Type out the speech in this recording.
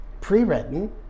pre-written